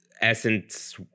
essence